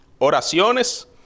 oraciones